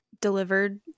delivered